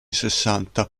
sessanta